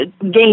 gain